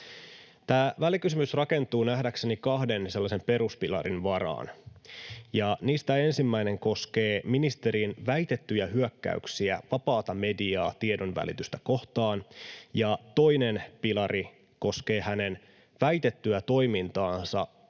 Tämä välikysymys rakentuu nähdäkseni kahden sellaisen peruspilarin varaan, ja niistä ensimmäinen koskee ministerin väitettyjä hyökkäyksiä vapaata mediaa, tiedonvälitystä kohtaan, ja toinen pilari koskee hänen väitettyä toimintaansa